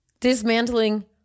Dismantling